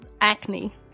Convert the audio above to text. acne